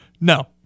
No